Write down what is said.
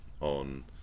on